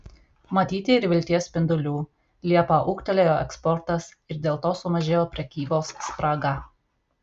matyti ir vilties spindulių liepą ūgtelėjo eksportas ir dėl to sumažėjo prekybos spraga